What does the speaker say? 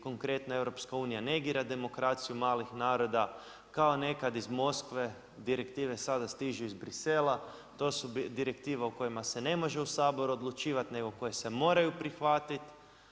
Konkretno, EU negira demokraciju malih naroda, kao nekad iz Moskve, direktive sada stižu iz Bruxellesa, to su direktive u kojima se ne može u Saboru odlučivati nego koje se moraju prihvatiti.